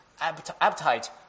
appetite